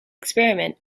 experiment